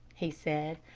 he said,